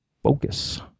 focus